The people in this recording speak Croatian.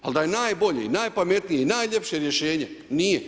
Ali da je najbolje i najpametnije i najljepše rješenje, nije.